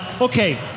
okay